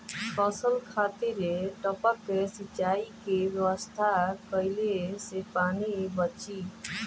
फसल खातिर टपक सिंचाई के व्यवस्था कइले से पानी बंची